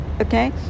okay